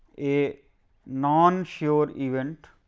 a non sure event